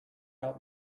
out